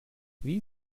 wie